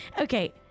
Okay